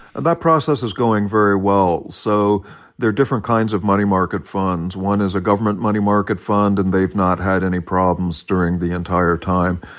that process is going very well. so there are different kinds of money market funds. one is a government money market fund, and they've not had any problems during the entire time.